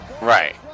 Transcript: Right